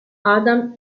adam